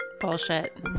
Bullshit